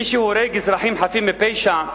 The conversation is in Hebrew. מי שהורג חפים מפשע,